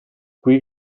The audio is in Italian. qui